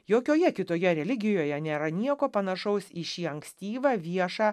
jokioje kitoje religijoje nėra nieko panašaus į šį ankstyvą viešą